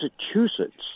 Massachusetts